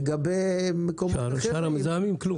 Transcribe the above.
לגבי שאר המזהמים כלום.